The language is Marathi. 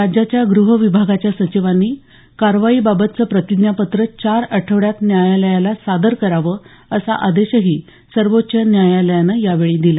राज्याच्या ग्रहविभागाच्या सचिवांनी कारवाईबाबतचं प्रतिज्ञापत्र चार आठवड्यात न्यायालयाला सादर करावं असा आदेशही सर्वोच्च न्यायालयानं यावेळी दिला